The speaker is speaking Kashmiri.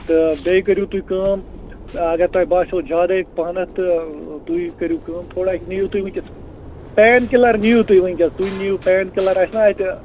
تہٕ بیٚیہِ کٔرِو تُہۍ کٲم اَگر تۄہہِ باسیو زیادَے پہنَتھ تہٕ تُہۍ کٔرِو کٲم تھوڑا نِیِو تُہۍ وٕنۍکٮ۪س پین کِلَر نِیِو تُہۍ وٕنۍکٮ۪س تُہۍ نِیِو پین کِلَر آسہِ نا اَتہِ